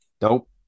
Nope